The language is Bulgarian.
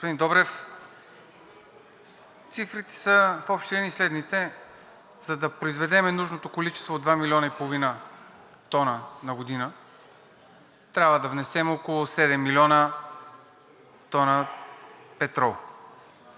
Добрев, цифрите в общи линии са следните: за да произведем нужното количество от 2,5 млн. тона на година, трябва да внесем около 7 млн. тона петрол.